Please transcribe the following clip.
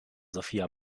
sophia